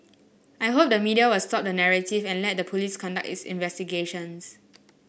I hope the media will stop the narrative and let the police conduct its investigations